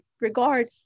regard